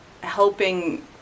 helping